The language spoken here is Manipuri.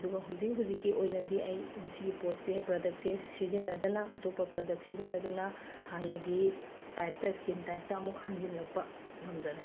ꯑꯗꯨꯒ ꯍꯧꯖꯤꯛ ꯍꯧꯖꯤꯛꯀꯤ ꯑꯣꯏꯅꯗꯤ ꯑꯩ ꯃꯁꯤꯒꯤ ꯄꯣꯠꯁꯦ ꯄ꯭ꯔꯗꯛꯁꯦ ꯁꯤꯖꯤꯟꯅꯗꯅ ꯑꯇꯣꯞꯄ ꯄ꯭ꯔꯗꯛ ꯁꯤꯖꯤꯟꯅꯗꯨꯅ ꯍꯥꯟꯅꯒꯤ ꯇꯥꯏꯞꯇ ꯁ꯭ꯀꯤꯟ ꯇꯥꯏꯞꯇ ꯑꯃꯨꯛ ꯍꯟꯖꯤꯜꯂꯛꯄ ꯉꯝꯖꯔꯦ